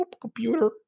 Computer